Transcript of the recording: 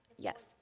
Yes